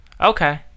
Okay